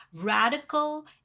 radical